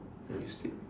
then we sleep